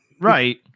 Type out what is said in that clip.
Right